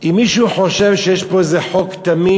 אם מישהו חושב שיש פה איזה חוק תמים,